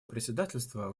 председательство